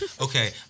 okay